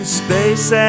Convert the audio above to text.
space